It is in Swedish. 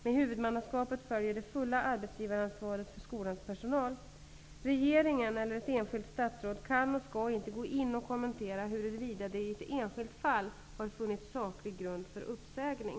Med huvudmannaskapet följer det fulla arbetsgivaransvaret för skolans personal. Regeringen eller ett enskilt statsråd kan och skall inte gå in och kommentera huruvida det i ett enskilt fall har funnits saklig grund för uppsägning.